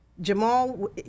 Jamal